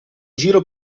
giro